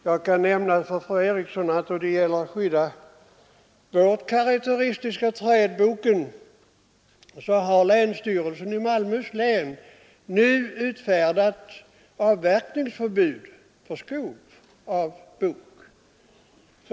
Jag kan nämna för fru Eriksson att för att skydda vårt karakteristiska träd, boken, har länsstyrelsen i Malmöhus län nu utfärdat avverkningsförbud för bokskog.